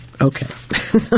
Okay